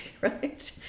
Right